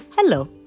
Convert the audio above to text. Hello